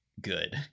good